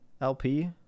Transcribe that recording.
lp